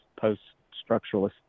post-structuralist